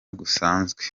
gusanzwe